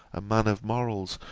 a man of morals,